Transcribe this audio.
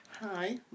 Hi